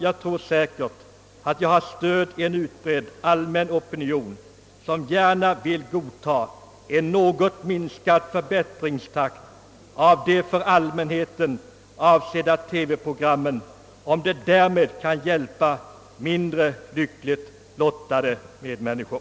Jag tror säkert att jag har stöd i en utbredd och allmän opinion, som gärna godtar en något minskad förbättringstakt för de för allmänheten avsedda TV-programmen, om man därmed kan hjälpa mindre lyckligt lottade medmänniskor.